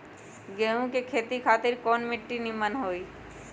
गेंहू की खेती खातिर कौन मिट्टी निमन हो ताई?